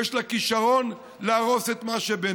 יש לה כישרון להרוס את מה שביניהם.